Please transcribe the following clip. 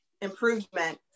improvement